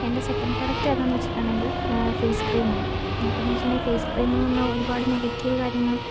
എൻ്റെ second product ഏതാന്ന് വെച്ചിട്ടുണ്ടെങ്കിൽ ഫേസ് ക്രീം ആണ് എന്നാൽ ഇപ്പോയിൽ വെച്ചിട്ടുണെങ്കിൽ ഫേസ് ക്രീമെന്ന് പറഞ്ഞാൽ ഒരുപാട് നെഗറ്റീവ് കാര്യങ്ങൾ